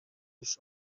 this